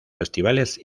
festivales